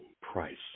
price